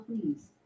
please